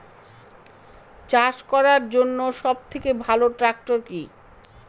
চাষ করার জন্য সবথেকে ভালো ট্র্যাক্টর কি?